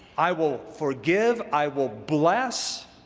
i will forgive. i will bless.